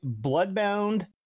Bloodbound